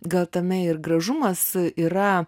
gal tame ir gražumas yra